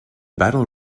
battle